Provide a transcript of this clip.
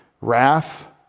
Wrath